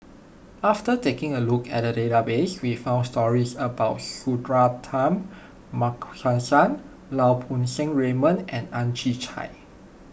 after taking a look at the database we found stories about Suratman Markasan Lau Poo Seng Raymond and Ang Chwee Chai